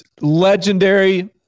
legendary